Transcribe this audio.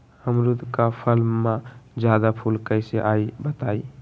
अमरुद क फल म जादा फूल कईसे आई बताई?